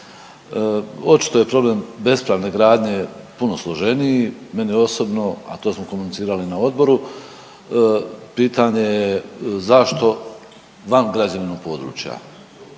Očito je problem bespravne gradnje puno složeniji, meni osobno, a to smo komunicirali na odboru, pitanje je zašto van građevnog područja